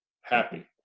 happy